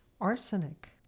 Arsenic